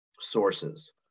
sources